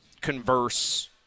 converse